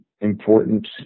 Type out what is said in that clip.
important